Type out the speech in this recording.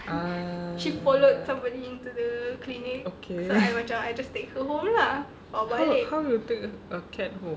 ah okay how how you take a cat home